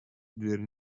дверь